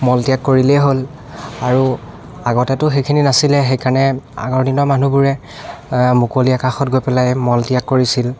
মলত্যাগ কৰিলেই হ'ল আৰু আগতেটো সেইখিনি নাছিলে সেইকাৰণে আগৰদিনৰ মানুহবোৰে মুকলি আকাশত গৈ পেলাই মলত্যাগ কৰিছিল